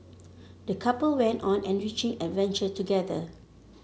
the couple went on an enriching adventure together